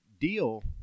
deal